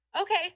okay